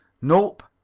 nope,